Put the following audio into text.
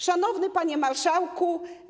Szanowny Panie Marszałku!